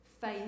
Faith